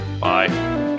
Bye